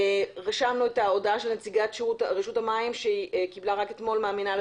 רשמנו את ההודעה של נציגת רשות המים שהיא קיבלה רק אתמול מהמינהל